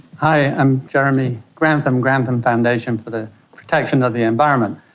i'm jeremy grantham, grantham foundation for the protection of the environment.